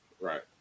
Right